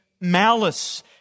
malice